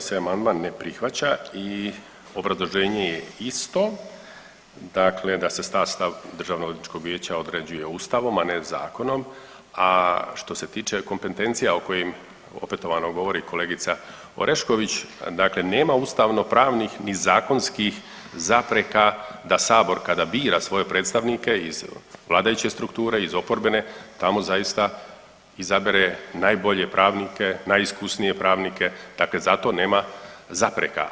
I ovaj se amandman ne prihvaća i obrazloženje je isto dakle da se sastav Državnoodvjetničkog vijeća određuje Ustavom, a što se tiče kompetencija o kojim opetovano govori kolegica Orešković, dakle nema ustavno pravnih ni zakonskih zapreka da sabor kada bira svoje predstavnike iz vladajuće strukture iz oporbene tamo zaista izabere najbolje pravnike, najiskusnije pravnike, dakle za to nema zapreka.